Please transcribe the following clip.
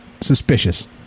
suspicious